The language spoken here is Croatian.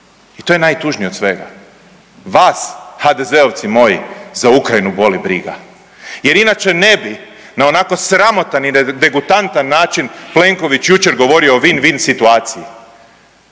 i to je najtužnije od svega. Vas, HDZ-ovci moji za Ukrajinu boli briga jer inače ne bi na onako sramotan i degutantan način Plenković govorio o win-win situaciji,